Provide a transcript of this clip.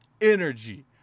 energy